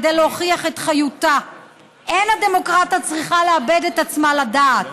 כדי להוכיח את חיותה אין הדמוקרטיה צריכה לאבד עצמה לדעת.